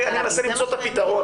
אני מנסה למצוא את הפתרון.